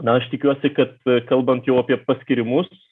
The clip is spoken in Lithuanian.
na aš tikiuosi kad kalbant jau apie paskyrimus